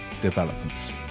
developments